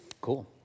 Cool